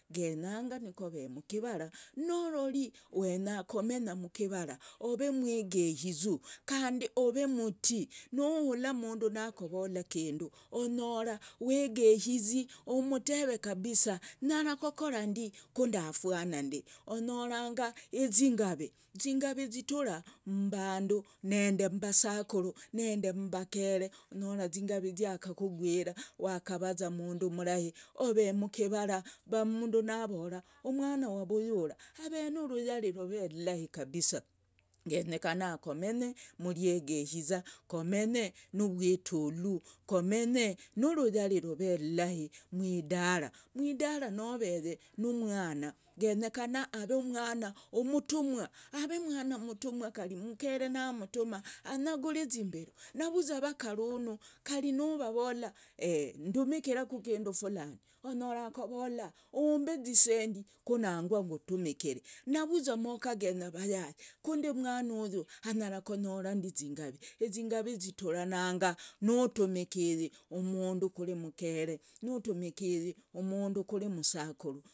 Genyanga nikove mkivara, naruri wenya kamenya ore mwehizu kandi ove mtii nuhula mundu nakovola ikindu onyora wegehizi umteve kabisa nyarakorandi onyorangaizingavi zingari zitura mmbandu nende mmbasakuru nende mmbakere, onyora zingavi ziakakugwira wakaraza umundu mrahi, ove mkivara umundu navora umwana wavuyura a enuruyari ilahi kabisa gekenyekana kore mriegehiza komenye nuvitulu, komenye nuruyari rovellayi mwidara, mwidara noveye numwana genyekana aveumwana mtumwa avemwana mtumwa, kari mkere namtuma anyaguri zimburu navura kari vakarunu kari navavola eeh ndumimiraku kindu fulani onyora akovala ombe zisendi kunangwa kutumkiri navuguza mukagenya vayai kundi umwanuyu anyara kunyorandi zingari zituranaga natumikiyi umundu kuri mkere nutumikryi umundu umsakuru.